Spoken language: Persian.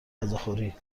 غذاخوری